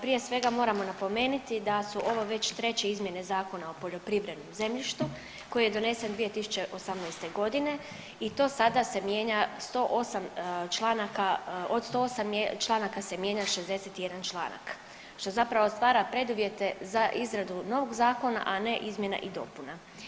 Prije svega moramo napomenuti da su ovo već treće izmjene Zakona o poljoprivrednom zemljištu koji je donesen 2018.g. i to sada se mijenja 108 članaka od 108 članaka se mijenja 61 članak, što zapravo stvara preduvjete za izradu novog zakona, a ne izmjena i dopuna.